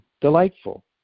delightful